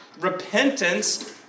Repentance